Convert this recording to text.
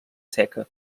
seca